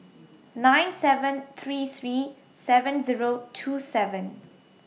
nine seven three three seven Zero two seven